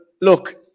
look